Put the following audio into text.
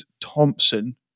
Thompson